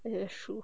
that's true